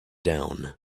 down